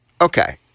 Okay